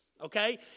okay